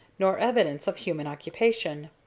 nor evidence of human occupation.